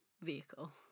vehicle